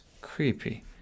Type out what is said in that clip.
creepy